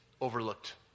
overlooked